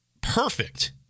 perfect